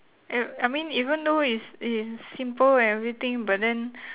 I I mean even though it's it's simple and everything but then